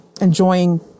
enjoying